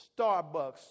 Starbucks